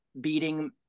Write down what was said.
beating